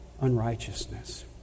unrighteousness